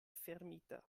fermita